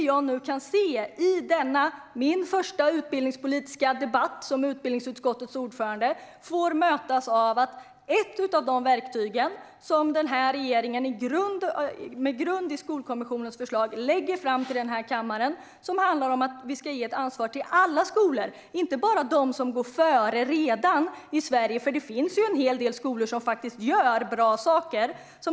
I denna min första utbildningspolitiska debatt som utbildningsutskottets ordförande får jag mötas av ett nej till ett av de verktyg som den här regeringen med grund i Skolkommissionens förslag lägger fram i den här kammaren. Förslaget handlar om att vi ska ge ett ansvar till alla skolor, inte bara dem som redan går före i Sverige. Det finns ju en hel del skolor som gör bra saker.